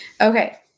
okay